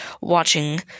watching